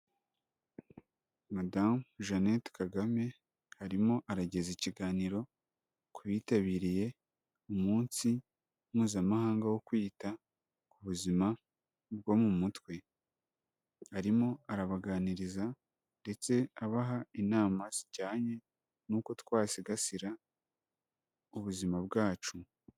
Madamu Jeannette Kagame, arimo arageza ikiganiro ku bitabiriye umunsi mpuzamahanga wo kwita ku buzima bwo mu mutwe, arimo arabaganiriza ndetse abaha inama zijyanye n'uko twasigasira ubuzima bwacu.